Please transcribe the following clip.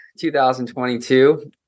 2022